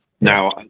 now